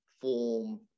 form